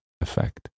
effect